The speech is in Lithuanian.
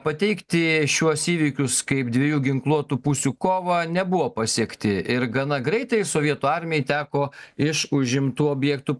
pateikti šiuos įvykius kaip dviejų ginkluotų pusių kovą nebuvo pasiekti ir gana greitai sovietų armijai teko iš užimtų objektų